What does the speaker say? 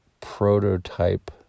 prototype